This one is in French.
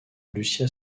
lucia